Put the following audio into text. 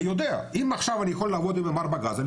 אני יודע: אם עכשיו אני לא יכול לעבוד עם M4 גז,